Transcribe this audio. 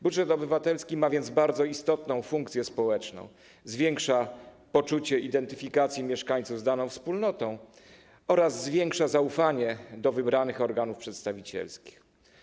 Budżet obywatelski ma więc bardzo istotną funkcję społeczną, zwiększa poczucie identyfikacji mieszkańców z daną wspólnotą oraz zaufanie do wybranych organów przedstawicielskich.